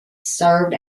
served